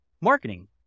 Marketing